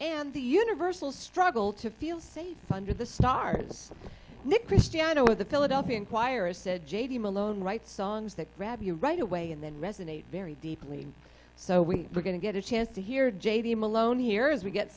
and the universal struggle to feel safe under the stars nick christan over the philadelphia inquirer's said j d malone write songs that grab you right away and then resonate very deeply so we are going to get a chance to hear j t malone here as we get